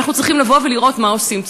ואנחנו צריכים לבוא ולראות מה עושים.